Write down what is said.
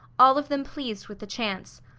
all of them pleased with the chance.